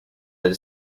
had